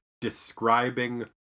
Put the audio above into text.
describing